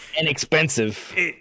inexpensive